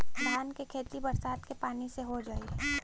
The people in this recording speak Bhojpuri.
धान के खेती बरसात के पानी से हो जाई?